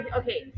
okay